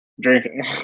drinking